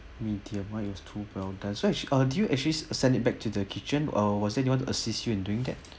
medium well too well done so you uh do you actually send it back to the kitchen uh was anyone to assist you in doing that